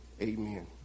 amen